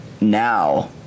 now